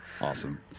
awesome